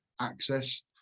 access